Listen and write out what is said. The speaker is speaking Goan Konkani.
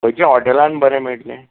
खंयच्या हॉटेलान बरें मेळटलें